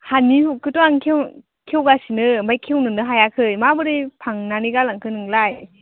हानि हुगखौथ' आं खेव खेवगासिनो आमफ्राय खेवनोनो हायाखै माबोरै फांनानै गालांखो नोंलाय